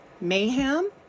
Mayhem